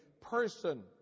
person